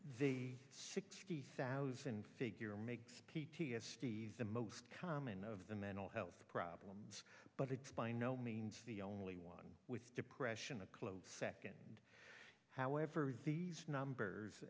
the sixty thousand figure makes p t s d the most common of the mental health problems but it's by no means the only one with depression a close second however is these numbers